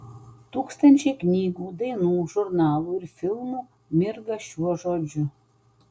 tūkstančiai knygų dainų žurnalų ir filmų mirga šiuo žodžiu